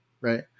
right